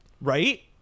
Right